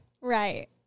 Right